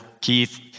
Keith